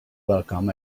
welcome